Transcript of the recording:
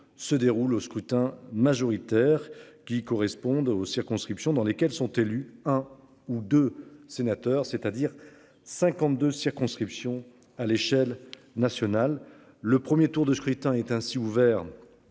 se déroule au scrutin majoritaire qui correspondent aux circonscriptions dans lesquelles sont élus un ou deux sénateurs c'est-à-dire 52 circonscriptions à l'échelle nationale, le 1er tour de scrutin est ainsi ouvert.